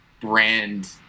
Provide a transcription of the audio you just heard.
brand